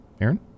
Aaron